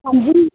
हां जी